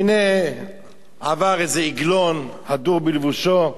והנה עבר איזה עגלון הדור בלבושו,